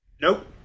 Nope